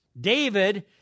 David